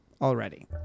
already